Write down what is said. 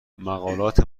مقالات